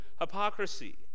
hypocrisy